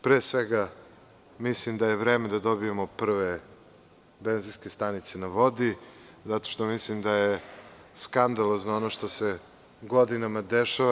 Pre svega, mislim da je vreme da dobijemo prve benzinske stanice na vodi zato što mislim da je skandalozno ono što se godinama dešava.